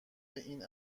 این